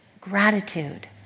gratitude